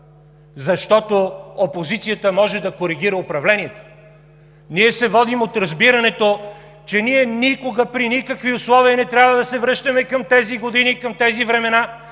защото опозицията може да коригира управлението. Ние се водим от разбирането, че никога, при никакви условия не трябва да се връщаме към тези години, към тези времена